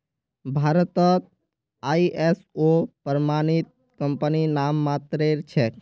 भारतत आई.एस.ओ प्रमाणित कंपनी नाममात्रेर छेक